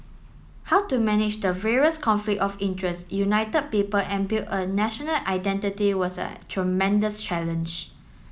how to manage the various conflict of interest united people and build a national identity was a tremendous challenge